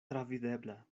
travidebla